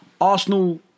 Arsenal